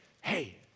hey